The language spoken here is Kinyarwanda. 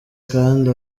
kandi